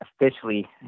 officially